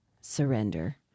surrender